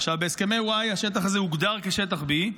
עכשיו, בהסכמי ואי השטח הזה הוגדר כשטח B,